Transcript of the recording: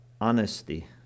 honesty